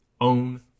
own